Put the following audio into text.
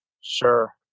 Sure